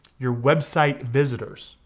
your website visitors,